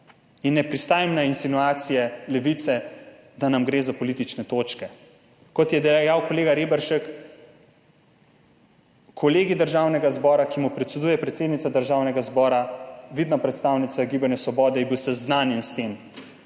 Ne pristajam na insinuacije Levice, da nam gre za politične točke. Kot je dejal kolega Reberšek, Kolegij predsednice Državnega zbora, ki mu predseduje predsednica Državnega zbora, vidna predstavnica Gibanja Svoboda, je bil s tem